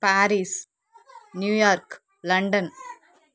Paris New York London